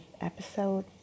episode